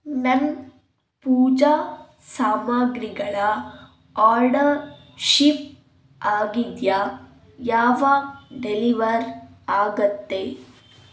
ನನ್ನ ಪೂಜಾ ಸಾಮಗ್ರಿಗಳ order ship ಆಗಿದೆಯಾ ಯಾವಾಗ ಡೆಲಿವರ್ ಆಗತ್ತೆ